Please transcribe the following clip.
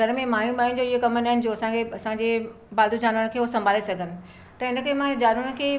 घर में माइयुनि वाइयुनि जो इहो कम न आहिनि जो असांखे असांजे पालतू जानवरनि खे हो संभाले सघनि त इन करे मां जनवरनि खे